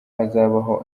hazabaho